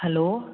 hello